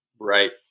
right